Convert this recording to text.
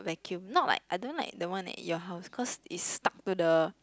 vacuum not like I don't like the one that your house because is stuck to the